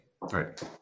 Right